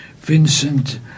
Vincent